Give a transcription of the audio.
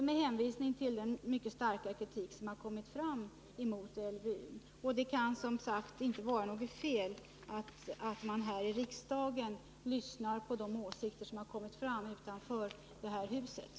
Med hänvisning till den mycket starka kritik som har riktats mot LVU föreslår vi alltså att man lyfter ur LVU och inväntar slutbetänkandet från utredningen Barns rätt.